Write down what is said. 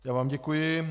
Já vám děkuji.